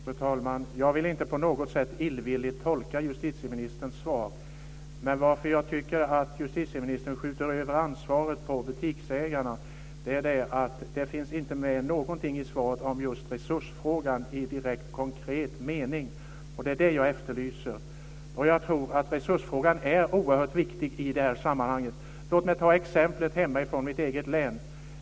Fru talman! Jag vill inte på något sätt tolka justitieministerns svar illvilligt. Men anledningen till att jag tycker att justitieministern skjuter över ansvaret på butiksägarna är att det inte finns med någonting i svaret om just resursfrågan i konkret mening, och det är det jag efterlyser. Jag tror att resursfrågan är oerhört viktig i det här sammanhanget. Låt mig ta ett exempel hemifrån mitt eget län.